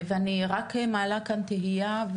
ואני רק מעלה כאן תהייה,